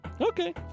Okay